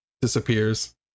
disappears